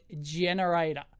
generator